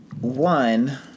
one